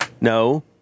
No